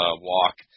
walk